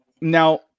now